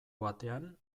batean